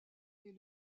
est